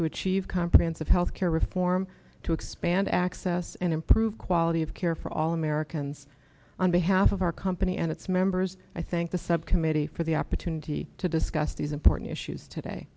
to achieve comprehensive health care reform to expand access and improve quality of care for all americans on behalf of our company and its members i thank the subcommittee for the opportunity to discuss these important issues today